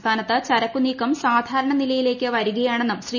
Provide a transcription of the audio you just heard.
സംസ്ഥാനത്ത് ചരക്കു്നീക്കം സാധാരണ നിലയിലേക്ക് വരികയാണെന്നും ശ്രീ